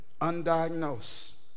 undiagnosed